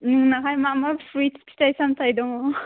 नोंहा मा मा फ्रुट फिथाइ सामथाय दं